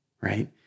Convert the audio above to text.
Right